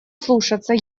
слушаться